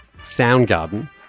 Soundgarden